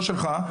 לא שלך,